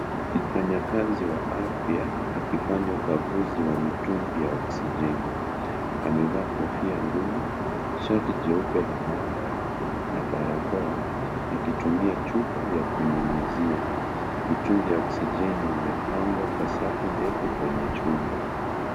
Mfanyakazi wa afya, akifanya ukaguzi wa mitungi ya oksijeni. Amevaa kofia ngumu, shati jeupe la mahabara na barakoa. Akitumia chupa ya kunyunyizia. Mitungi ya oksijeni imepangwa kwa safu ndefu kwenye chumba.